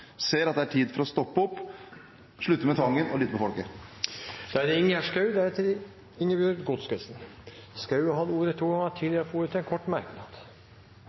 ser at det er tid for å stoppe opp, slutte med tvangen og lytte til folket. Representanten Ingjerd Schou har hatt ordet to ganger tidligere og får ordet til en kort merknad,